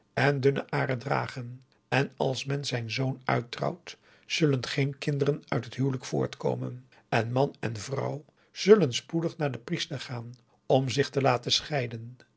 en dunne aren dragen en als men zijn zoon uittrouwt zullen geen kinderen uit het huwelijk voortkomen en man en vrouw zullen spoedig naar den priester gaan om zich te laten scheiden